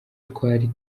twari